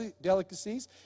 delicacies